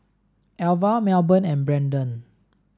Alvah Melbourne and Brendan